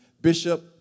Bishop